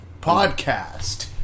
...podcast